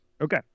Okay